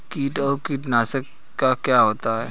कीट और कीटनाशक क्या होते हैं?